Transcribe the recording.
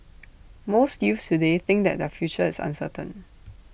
most youths today think that their future is uncertain